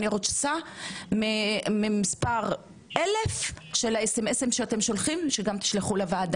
אני רוצה שתשלחו את המסרונים שאתם שולחים גם לוועדה,